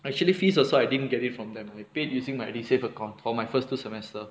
actually fees also I didn't get it from them I pay using Edusave account for my first two semester